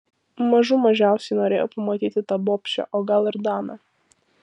mažų mažiausiai norėjau pamatyti tą bobšę o gal ir daną